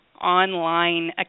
online